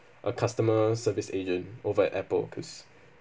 a customer service agent over at Apple cause